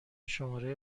شماره